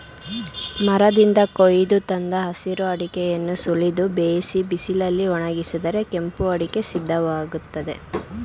ಮರದಿಂದ ಕೊಯ್ದು ತಂದ ಹಸಿರು ಅಡಿಕೆಯನ್ನು ಸುಲಿದು ಬೇಯಿಸಿ ಬಿಸಿಲಲ್ಲಿ ಒಣಗಿಸಿದರೆ ಕೆಂಪು ಅಡಿಕೆ ಸಿದ್ಧವಾಗ್ತದೆ